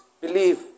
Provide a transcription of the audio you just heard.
believe